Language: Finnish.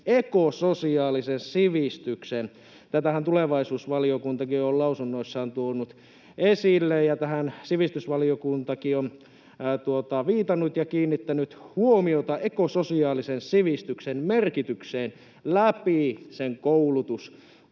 ekososiaalinen sivistys. Tätähän tulevaisuusvaliokuntakin on lausunnossaan tuonut esille, ja tähän sivistysvaliokuntakin on viitannut ja kiinnittänyt huomiota ekososiaalisen sivistyksen merkitykseen läpi sen koulutuspolun.